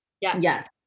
Yes